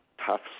tough